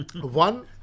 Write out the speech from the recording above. One